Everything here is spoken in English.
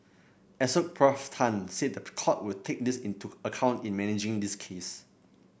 Assoc Prof Tan said the court will take this into account in managing this case